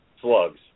slugs